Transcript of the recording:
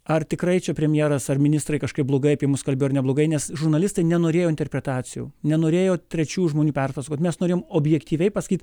ar tikrai čia premjeras ar ministrai kažkaip blogai apie mus kalbėjo neblogai nes žurnalistai nenorėjo interpretacijų nenorėjo trečių žmonių perpasakoti mes norėjome objektyviai paskaityt